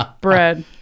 bread